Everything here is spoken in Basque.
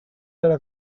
zara